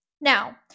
Now